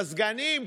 מזגנים,